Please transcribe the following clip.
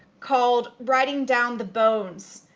called writing down the bones,